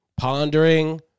Pondering